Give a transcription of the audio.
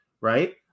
right